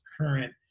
current